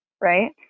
Right